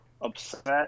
upset